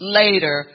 later